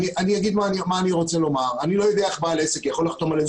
אתה רוצה שאני אדחה את כל התקנות האלה?